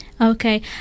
Okay